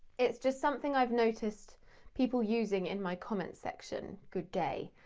it's just something i've noticed people using in my comments section, good day.